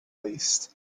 least